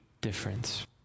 difference